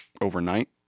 overnight